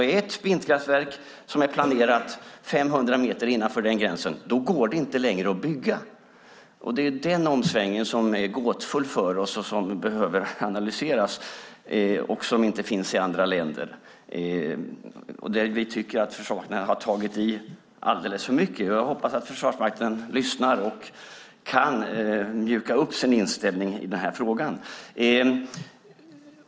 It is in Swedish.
Är ett vindkraftverk planerat 500 meter innanför den gränsen går det inte längre att bygga. Det är denna omsvängning som är gåtfull för oss, som behöver analyseras och som inte finns i andra länder. Vi tycker att Försvarsmakten har tagit i alldeles för mycket. Jag hoppas att Försvarsmakten lyssnar och kan mjuka upp sin inställning i denna fråga.